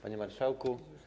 Panie Marszałku!